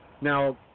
Now